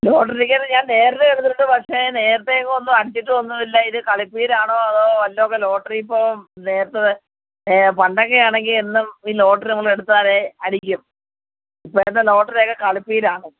lottery ticket ഞാൻ നേരത്തെ എടുത്തിട്ടുണ്ട് പക്ഷെ നേരത്തെ എങ്ങും ഒന്നും അടിച്ചിട്ടൊന്നും ഇല്ല ഇത് കളിപ്പീരാണോ അതോ വല്ലതും ലോട്ടറി ഇപ്പം നേരത്തെ പണ്ടൊക്കെയാണെങ്കിൽ എന്നും ഈ ലോട്ടറി ഞങ്ങൾ എടുത്താലേ അടിക്കും ഇപ്പഴത്തെ ലോട്ടറിയൊക്കെ കളിപ്പീരാണ്